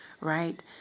right